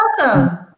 awesome